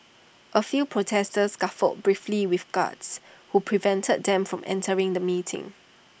A few protesters scuffled briefly with guards who prevented them from entering the meeting